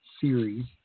series